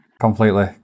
Completely